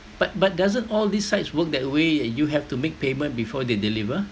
but but doesn't all these sites work that way you have to make payment before they deliver